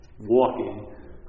walking